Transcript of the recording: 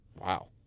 Wow